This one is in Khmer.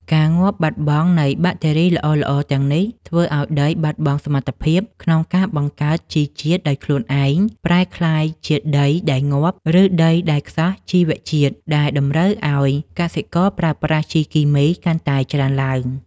ការងាប់បាត់បង់នៃបាក់តេរីល្អៗទាំងនេះ ធ្វើឱ្យដីបាត់បង់សមត្ថភាពក្នុងការបង្កើតជីជាតិដោយខ្លួនឯង ប្រែក្លាយជាដីដែលងាប់ ឬដីដែលខ្សោះជីវជាតិ ដែលតម្រូវឱ្យកសិករប្រើប្រាស់ជីគីមីកាន់តែច្រើនឡើង។